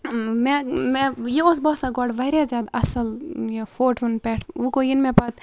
مےٚ مےٚ یہِ اوس باسان گۄڈٕ واریاہ زیادٕ اَصٕل فوٹووَن پٮ۪ٹھ وۄنۍ گوٚو ییٚلہِ مےٚ پتہٕ